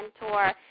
mentor